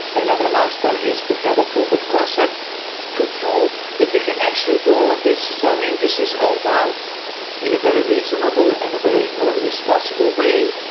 and other milestone is to have a proof of concept to prove that we can actually do all of these. i so mean, this is all done in a very reasonable and a very responsible way.